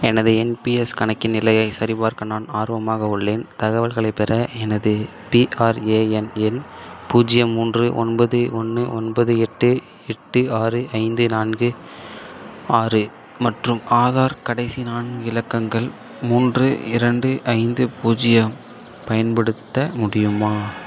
எனது N P S கணக்கின் நிலையை சரிபார்க்க நான் ஆர்வமாக உள்ளேன் தகவல்களைப் பெற எனது பிஆர்ஏஎன் எண் பூஜ்ஜியம் மூன்று ஒன்பது ஒன்று ஒன்பது எட்டு எட்டு ஆறு ஐந்து நான்கு ஆறு மற்றும் ஆதார் கடைசி நான்கு இலக்கங்கள் மூன்று இரண்டு ஐந்து பூஜ்ஜியம் பயன்படுத்த முடியுமா